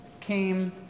came